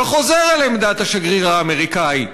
וחוזר על עמדת השגריר האמריקני.